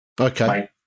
Okay